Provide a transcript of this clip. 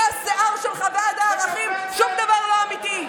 מהשיער שלך ועד לערכים שום דבר לא אמיתי.